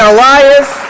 Elias